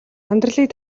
амьдралыг